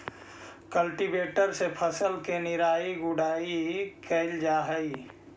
cultivator से फसल के निराई गुडाई कैल जा हई